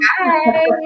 Hi